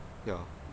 ya